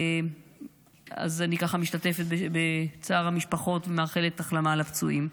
אני משתתפת בצער המשפחות ומאחלת החלמה לפצועים.